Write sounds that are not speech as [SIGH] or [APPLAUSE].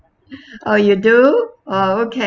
[LAUGHS] oh you do oh okay